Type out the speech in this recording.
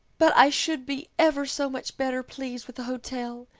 but i should be ever so much better pleased with a hotel.